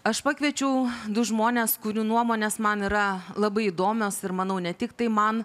aš pakviečiau du žmones kurių nuomonės man yra labai įdomios ir manau ne tiktai man